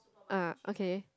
ah okay